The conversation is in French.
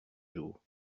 jour